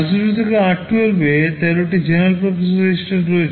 r 0 থেকে r12 এ 13 টি general purpose REGISTER রয়েছে